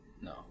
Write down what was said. no